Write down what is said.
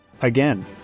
again